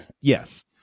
Yes